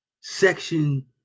section